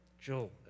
Joel